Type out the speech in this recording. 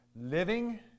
living